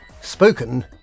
spoken